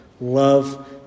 Love